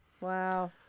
Wow